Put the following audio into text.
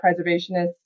preservationists